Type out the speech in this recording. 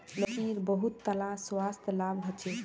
लौकीर बहुतला स्वास्थ्य लाभ ह छेक